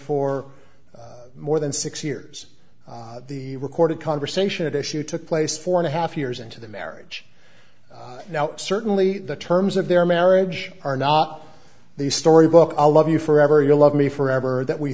for more than six years the recorded conversation at issue took place four and a half years into the marriage now certainly the terms of their marriage are not the storybook i love you forever you love me forever that we